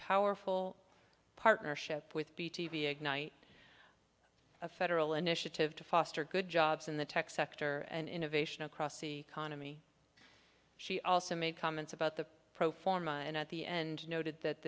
powerful partnership with b t v ignite a federal initiative to foster good jobs in the tech sector and innovation across the economy she also made comments about the pro forma and at the end noted that